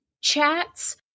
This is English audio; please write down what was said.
chats